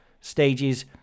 stages